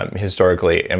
um historically. and